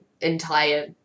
entire